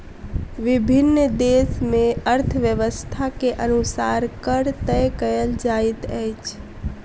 विभिन्न देस मे अर्थव्यवस्था के अनुसार कर तय कयल जाइत अछि